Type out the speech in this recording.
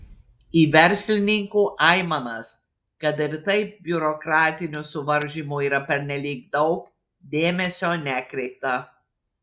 į verslininkų aimanas kad ir taip biurokratinių suvaržymų yra pernelyg daug dėmesio nekreipta